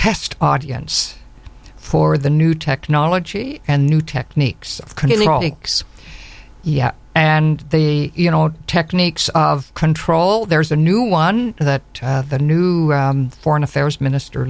test audience for the new technology and new techniques yeah and the you know techniques of control there's a new one that the new foreign affairs minister